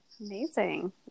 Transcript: Amazing